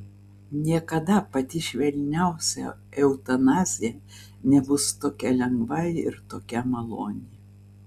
niekada pati švelniausia eutanazija nebus tokia lengva ir tokia maloni